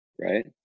Right